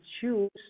choose